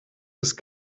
ist